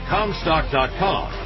Comstock.com